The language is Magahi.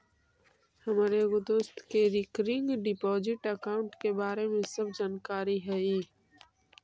हमर एगो दोस्त के रिकरिंग डिपॉजिट अकाउंट के बारे में सब जानकारी हई